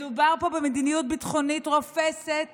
מדובר פה במדיניות ביטחונית רופסת